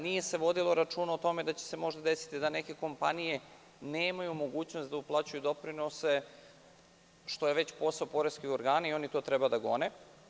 Nije se vodilo računa o tome da će se desiti da neke kompanije nemaju mogućnost da uplaćuju doprinose, što je već posao poreskih organa i oni to treba da gone.